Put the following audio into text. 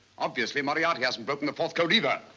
obviously moriarity hasn't broken the fourth code either.